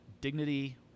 dignity